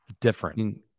Different